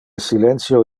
silentio